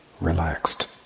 Relaxed